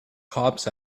cops